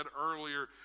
earlier